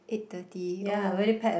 eight thirty oh